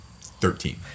Thirteen